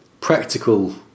practical